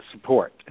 support